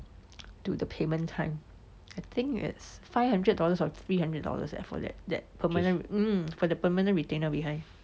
to the payment time I think it's five hundred dollars or three hundred dollars eh I forget that permanent mm for the permanent retainer behind